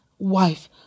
Wife